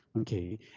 Okay